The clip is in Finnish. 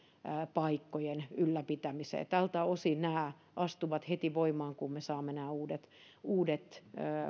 ylläpitämiseen tältä osin nämä astuvat heti voimaan kun me saamme nämä uudet uudet